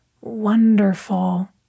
wonderful